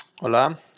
Hola